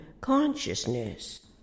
consciousness